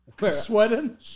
sweating